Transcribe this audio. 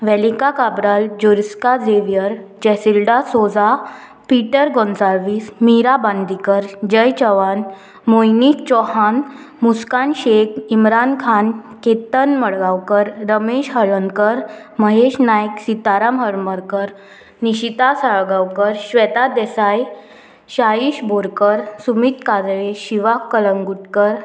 Velika Cabral Joraska Xavier Jacilda Souza Peter Gonsalves Mira Bandikar Jai Chavan Mohini Chauhan Muskan Shaikh Imran Khan Ketan Madgaonkar Ramesh Haladankar Mahesh Naik Sitaram Haramalkar Nishita Salgaonkar Shweta Desai Shahish Borkar Sumit Kajale Shivak Calangutkar